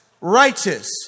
righteous